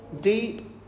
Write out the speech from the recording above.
deep